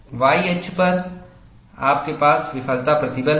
Y अक्ष पर आपके पास विफलता प्रतिबल है